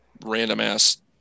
random-ass